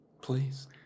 Please